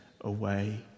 away